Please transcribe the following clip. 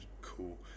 cool